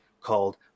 called